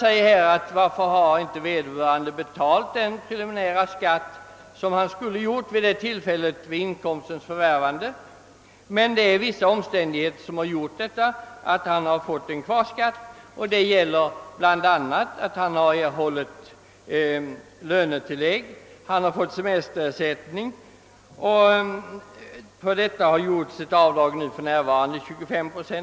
Någon frågar kanske: Varför har inte vederbörande betalt den preliminära skatt som skulle ha erlagts vid inkomstens förvärvande? Ja, det är en rad omständigheter som gjort att han fått kvarskatt — bl.a. har han erhållit lönetilllägg. Han har också fått semesterersättning för vilken gjorts skatteavdrag med 25 procent.